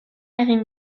egin